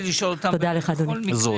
בכל מקרה רציתי לשאול אותם.